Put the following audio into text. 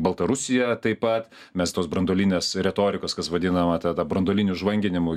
baltarusiją taip pat mes tos branduolinės retorikos kas vadinama ta ta branduoliniu žvanginimu